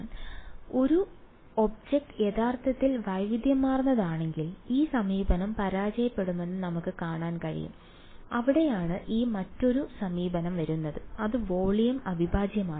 അതിനാൽ ഒരു ഒബ്ജക്റ്റ് യഥാർത്ഥത്തിൽ വൈവിധ്യമാർന്നതാണെങ്കിൽ ഈ സമീപനം പരാജയപ്പെടുമെന്ന് നമുക്ക് കാണാൻ കഴിയും അവിടെയാണ് ഈ മറ്റൊരു സമീപനം വരുന്നത് അത് വോളിയം അവിഭാജ്യമാണ്